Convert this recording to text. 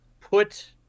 put